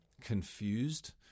confused